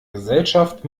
gesellschaft